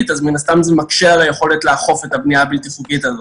אז זה מן הסתם מקשה על היכולת לאכוף את הבנייה הבלתי חוקית הזאת.